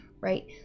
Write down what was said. Right